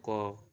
କହ